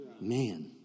Man